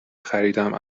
خریدم